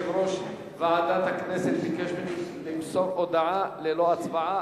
התש"ע 2010. יושב-ראש ועדת הכנסת ביקש ממני למסור הודעה ללא הצבעה.